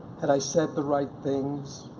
had i said the right things?